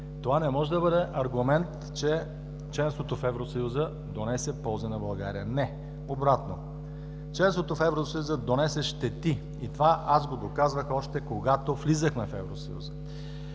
Това не може да бъде аргумент, че членството в Евросъюза донесе полза на България. Не, обратно – членството в Евросъюза донесе щети. И това аз го доказвах, още когато влизахме в Евросъюза.